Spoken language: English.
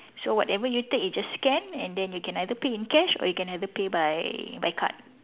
so whatever you take you just scan and then you can either pay in cash or you can either pay by by card